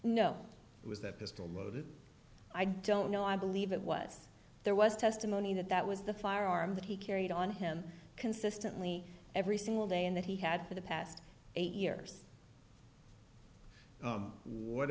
know was that pistol loaded i don't know i believe it was there was testimony that that was the firearm that he carried on him consistently every single day and that he had for the past eight years what